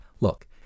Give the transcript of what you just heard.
Look